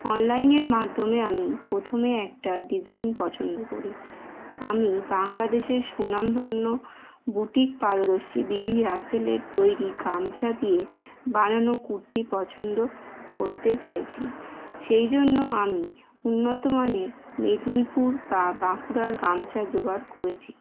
অনলাইনের মাধ্যমে আমি প্রথমে একটা ডিজাইন পছন্দ করি আমি বাংলাদেশের সুনামধন্য বুটিক পারদর্শী বিবি রাসেলের তৈরি গামছা দিয়ে বানানো কুর্তি পছন্দ করতে চাইছি সেই জন্য আমি উন্নতমানের মেদিনীপুর বা বাঁকুড়ার গামছা জোগাড় করেছি